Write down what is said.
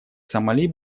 сомали